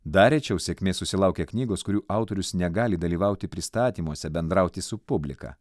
dar rečiau sėkmės susilaukia knygos kurių autorius negali dalyvauti pristatymuose bendrauti su publika